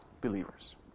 believers